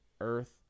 earth